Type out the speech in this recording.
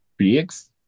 BX